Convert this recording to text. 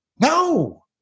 no